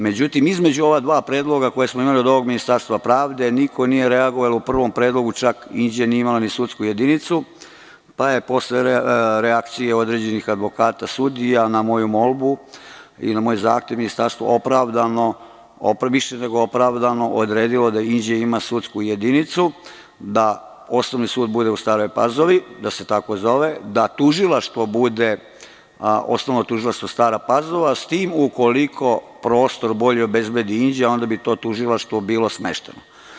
Međutim, između ova dva predloga koja smo imali od Ministarstva pravde niko nije reagovao, a u prvom predlogu čak Inđija nije imala ni sudsku jedinicu, pa je posle reakcije određenih advokata, sudija, na moju molbu i na moj zahtev, Ministarstvo više nego opravdano odredilo da Inđija ima sudsku jedinicu, da osnovni sud bude u Staroj Pazovi, da se tako zove, da tužilaštvo bude Osnovno tužilaštvo Stara Pazova, s tim da ukoliko prostor bolje obezbedi Inđija, onda bi tu tužilaštvo bilo smešteno.